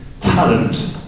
talent